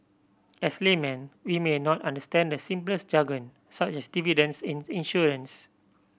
as laymen we may not understand the simplest jargon such as dividends in the insurance